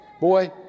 Boy